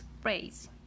phrase